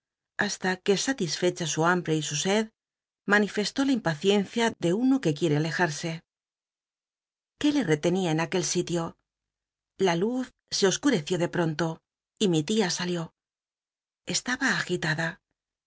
hasta que satisfecha su hambre y su sed manifestó la impaciencia de uno que quiere dejarse qué le retenía en aquel sitio i a luz se oscureció de pronto y mi lía salió estaba agitada